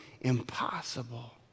impossible